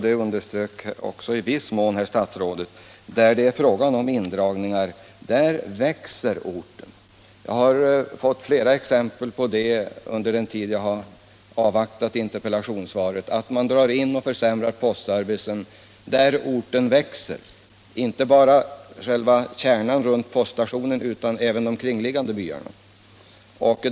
I de fall jag känner till där det är fråga om indragningar, växer emellertid orten. Under den tid jag avvaktat interpellationssvaret har jag fått flera exempel på att man drar in eller försämrar postservicen i en bygd som växer. Därmed drabbas inte bara själva kärnan runt poststationen utan även de omkringliggande byarna.